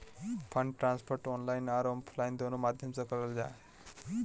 fund transfer online आर offline दोनों माध्यम से करल जा हय